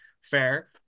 fair